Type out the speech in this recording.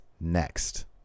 next